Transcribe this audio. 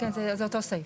כן, זה אותו סעיף.